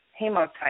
hemotype